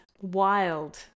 Wild